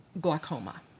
glaucoma